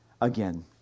again